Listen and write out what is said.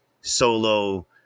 solo